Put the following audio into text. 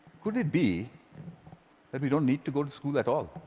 could it be that we don't need to go to school at all?